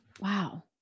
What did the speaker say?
Wow